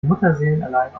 mutterseelenallein